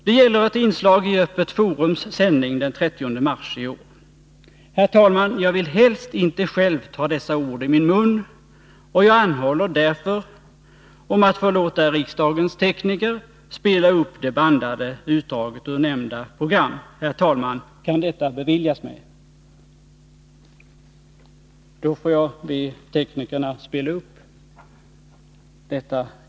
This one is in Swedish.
Det 2 juni 1982 gäller ett inslag i Öppet Forums sändning den 30 mars i år. Jag skulle ha velat att riksdagens tekniker spelade upp det bandande utdraget ur nämnda program för kammaren, men detta är inte möjligt.